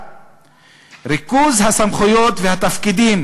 ריכוז הסמכויות והתפקידים